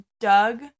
Doug